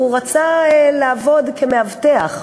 הוא רצה לעבוד כמאבטח,